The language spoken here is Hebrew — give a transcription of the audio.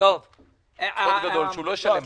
סוד גדול הוא שהוא לא ישלם מיסים.